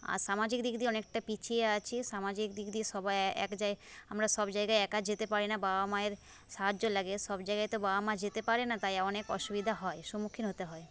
আর সামাজিক দিক দিয়ে অনেকটা পিছিয়ে আছি সামাজিক দিক দিয়ে সবাই এক জায় আমরা সব জায়গায় একা যেতে পারি না বাবা মায়ের সাহায্য লাগে সব জায়গায় তো বাবা মা যেতে পারে না তাই অনেক অসুবিধা হয় সম্মুখীন হতে হয়